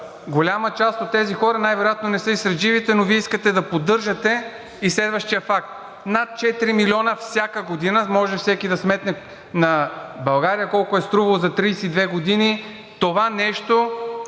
Голяма част от тези хора най-вероятно не са и сред живите, но Вие искате да поддържате. И следващия факт – над 4 милиона всяка година, може всеки да сметне на България колко е струвало за 32 години това нещо,